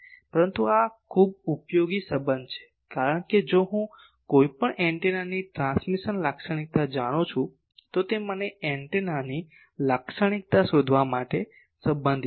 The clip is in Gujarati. પરંતુ આ ખૂબ ઉપયોગી સબંધ છે કારણ કે જો હું કોઈપણ એન્ટેનાની ટ્રાન્સમિશન લાક્ષણિકતા જાણું છું તો તે મને એન્ટેનાની લાક્ષણિકતા શોધવા માટે સંબંધિત છે